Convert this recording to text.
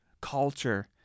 Culture